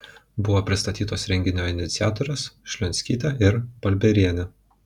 buvo pristatytos renginio iniciatorės šlionskytė ir balbierienė